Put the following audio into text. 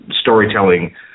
storytelling